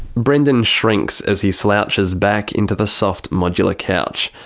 brendan shrinks as he slouches back into the soft modular couch.